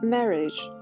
Marriage